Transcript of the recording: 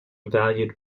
valued